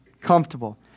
comfortable